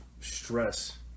stress